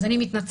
אז אני מתנצלת.